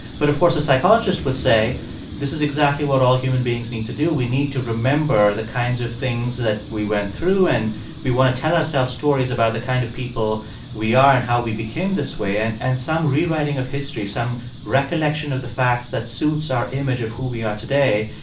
but, of course, a psychologist would say this is exactly what all human beings need to do. we need to remember the kinds of things that we went through, and we want to tell ourselves stories about the kind of people we are and how we became this way. and and some rewriting of history, some recollection of the facts that suits our image of who we are today,